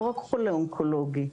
לא רק חולה אונקולוגי,